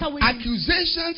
Accusations